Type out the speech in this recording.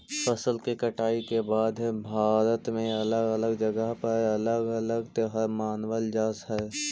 फसल के कटाई के बाद भारत में अलग अलग जगह पर अलग अलग त्योहार मानबल जा हई